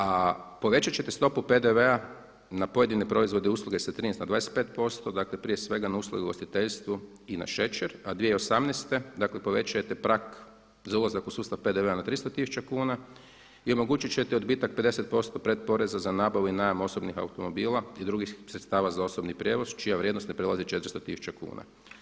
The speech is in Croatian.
A povećat ćete stopu PDV-a na pojedine proizvode i usluge sa 13 na 25%, dakle prije svega na usluge u ugostiteljstvu i na šećer, a 2018. dakle povećajete prag za ulazak u sustav PDV-a na 300000 kuna i omogućit ćete odbitak 50% pretporeza za nabavu i najam osobnih automobila i drugih sredstava za osobni prijevoz čija vrijednost ne prelazi 400000 kuna.